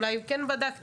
אולי כן בדקתם,